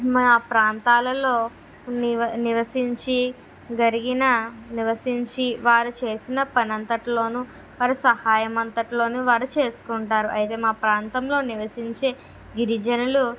మా ప్రాంతాలలో నివ నివసించి జరిగిన నివసించి వారు చేసిన పనంతటిలోను వారు సహాయం అంతటిలోను వారు చేసుకుంటారు అయితే మా ప్రాంతంలో నివసించే గిరిజనులు